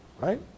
Right